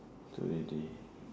two already